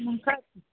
मग काय तर